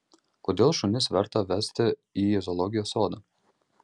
kodėl šunis verta vesti į zoologijos sodą